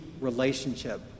relationship